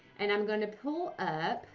and i'm gonna pull up.